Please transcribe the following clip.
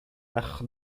nach